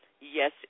Yes